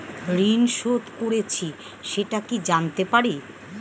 ঋণ শোধ করেছে সেটা কি জানতে পারি?